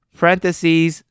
Parentheses